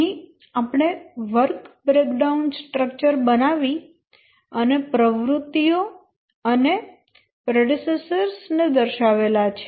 અહીં આપણે work breakdown structure બનાવી અને પ્રવૃત્તિઓ અને પ્રેડેસેસર્સ ને દર્શાવેલા છે